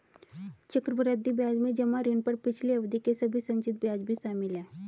चक्रवृद्धि ब्याज में जमा ऋण पर पिछली अवधि के सभी संचित ब्याज भी शामिल हैं